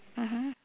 mmhmm